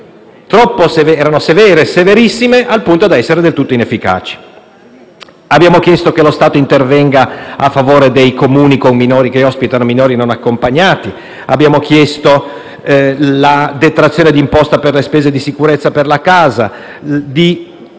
che erano severe al punto da essere del tutto inefficaci. Abbiamo chiesto che lo Stato intervenga a favore dei Comuni che ospitano minori non accompagnati. Abbiamo chiesto la detrazione di imposta per le spese di sicurezza per la casa e di